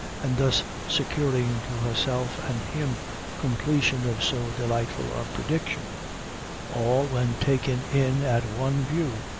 and thus securing to herself and him completion of so delightful a prediction all, when taken in at one view,